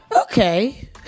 Okay